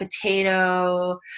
potato